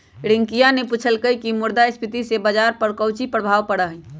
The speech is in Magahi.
रियंकवा ने पूछल कई की मुद्रास्फीति से बाजार पर काउची प्रभाव पड़ा हई?